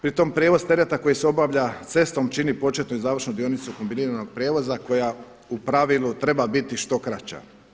Pri tom prijevoz tereta koji se obavlja cestom čini početnu i završnu dionicu kombiniranog prijevoza koja u pravilu treba biti što kraća.